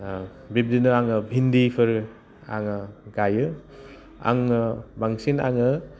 बिबदिनो आङो भिन्दिफोर आङो गायो आङो बांसिन आङो